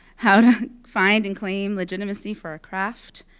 how find and claim legitimacy for our craft.